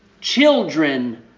Children